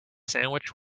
sandwich